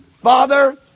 Father